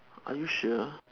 are you sure